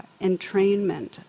entrainment